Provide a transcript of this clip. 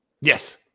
Yes